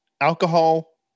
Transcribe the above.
alcohol